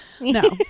no